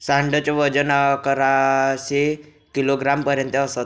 सांड च वजन अकराशे किलोग्राम पर्यंत असत